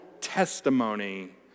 testimony